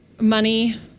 money